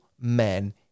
men